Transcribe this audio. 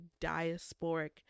diasporic